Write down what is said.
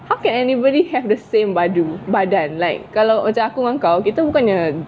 how can anybody have the same baju badan like kalau macam aku dengan kau kita bukannya